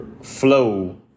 flow